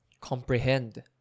comprehend